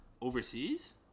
overseas